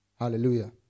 Hallelujah